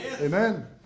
Amen